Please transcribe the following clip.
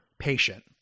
patient